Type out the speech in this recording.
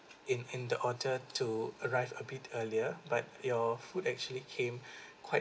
in in the order to arrive a bit earlier but your food actually came quite